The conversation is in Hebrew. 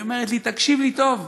היא אומרת לי: תקשיב לי טוב,